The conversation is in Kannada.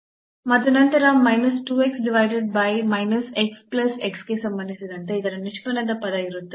ಮತ್ತು ನಂತರ minus 2 x divided by minus x plus x ಗೆ ಸಂಬಂಧಿಸಿದಂತೆ ಇದರ ನಿಷ್ಪನ್ನದ ಪದ ಇರುತ್ತದೆ